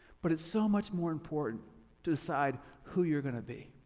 but it's so much more important to decide who you're gonna be.